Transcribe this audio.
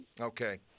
Okay